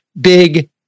big